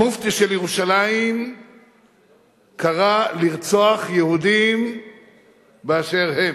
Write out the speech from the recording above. המופתי של ירושלים קרא לרצוח יהודים באשר הם.